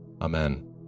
Amen